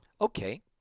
Okay